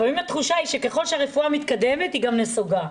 לפעמים התחושה היא שככל שהרפואה מתקדמת היא גם נסוגה.